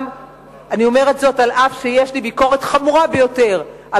אני אומרת זאת אף שיש לי ביקורת חמורה ביותר על